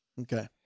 okay